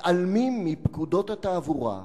מתעלמים מפקודות התעבורה,